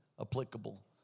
applicable